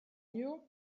you